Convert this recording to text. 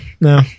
no